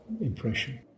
impression